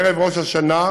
בערב ראש השנה,